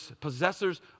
possessors